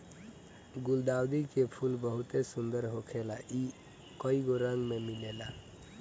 गुलदाउदी के फूल बहुते सुंदर होखेला इ कइगो रंग में मिलेला